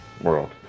world